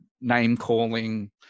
name-calling